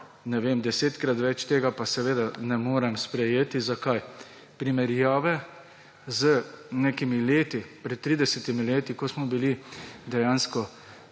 ne vem, desetkrat več, tega pa seveda ne morem sprejeti. Zakaj? Primerjave z nekimi leti pred 30 leti, ko smo bili dejansko